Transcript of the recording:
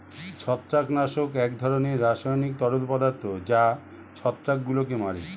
ছত্রাকনাশক এক ধরনের রাসায়নিক তরল পদার্থ যা ছত্রাকগুলোকে মারে